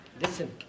Listen